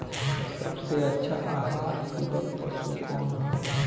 सबसे अच्छा आहार पूरक पशु कौन ह?